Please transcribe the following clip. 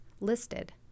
listed